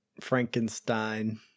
Frankenstein